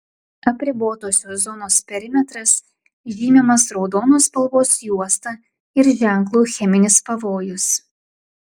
apribotosios zonos perimetras žymimas raudonos spalvos juosta ir ženklu cheminis pavojus